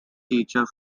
teacher